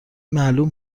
معلوم